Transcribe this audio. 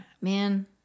man